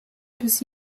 bis